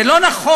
זה לא נכון,